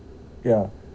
yeah